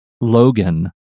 Logan